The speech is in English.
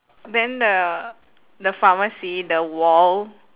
then the the farmer see the wall